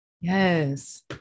Yes